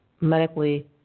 medically